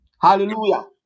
Hallelujah